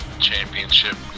Championship